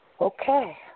Okay